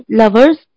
lovers